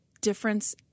difference